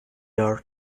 your